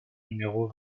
numéro